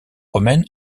romaine